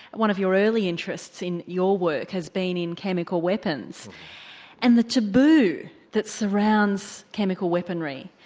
one of your early interests in your work has been in chemical weapons and the taboo that surrounds chemical weaponry.